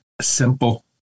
simple